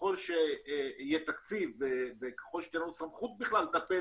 ככל שיהיה תקציב וככל שתהיה לנו סמכות בכלל לטפל